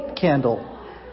candle